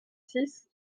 six